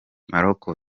marco